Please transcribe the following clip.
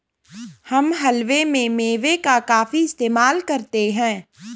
हम हलवे में मेवे का काफी इस्तेमाल करते हैं